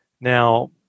Now